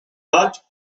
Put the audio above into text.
bat